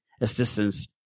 assistance